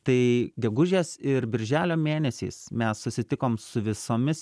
tai gegužės ir birželio mėnesiais mes susitikom su visomis